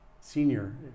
Senior